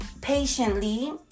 patiently